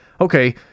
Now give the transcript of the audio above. Okay